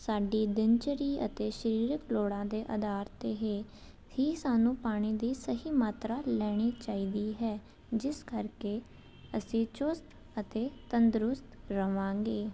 ਸਾਡੀ ਦਿਨ ਚੜੀ ਅਤੇ ਸਰੀਰਿਕ ਲੋੜਾਂ ਦੇ ਆਧਾਰ 'ਤੇ ਹੀ ਹੀ ਸਾਨੂੰ ਪਾਣੀ ਦੀ ਸਹੀ ਮਾਤਰਾ ਲੈਣੀ ਚਾਹੀਦੀ ਹੈ ਜਿਸ ਕਰਕੇ ਅਸੀਂ ਚੁਸਤ ਅਤੇ ਤੰਦਰੁਸਤ ਰਹਾਂਗੇ